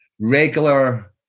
regular